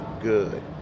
good